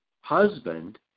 husband